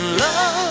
love